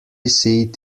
seat